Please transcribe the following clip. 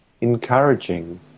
encouraging